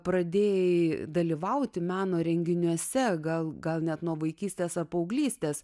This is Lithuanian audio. pradėjai dalyvauti meno renginiuose gal gal net nuo vaikystės paauglystės